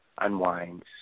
unwinds